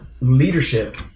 leadership